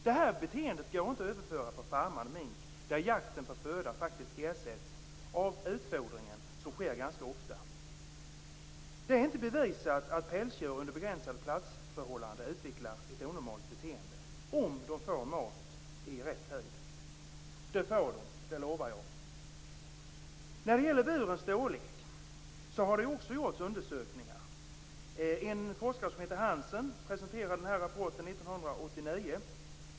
Det beteendet går inte att överföra på farmad mink, där jakten på föda faktiskt ersätts av utfodringen, som sker ganska ofta. Det är inte bevisat att pälsdjur under begränsad-plats-förhållanden utvecklar ett onormalt beteende, om de får mat i rätt tid. Och det får de - det lovar jag. När det gäller burens storlek har det också gjorts undersökningar. En forskare som heter Hansen presenterade sin rapport 1989.